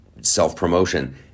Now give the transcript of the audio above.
self-promotion